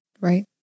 Right